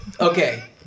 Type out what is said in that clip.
okay